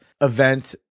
event